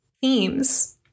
themes